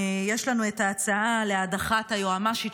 יש לנו את ההצעה להדחת היועמ"שית,